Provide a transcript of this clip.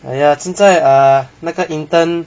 !aiya! 现在 err 那个 intern